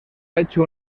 hecho